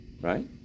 Right